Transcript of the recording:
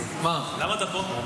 למה אתה פה?